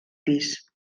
pis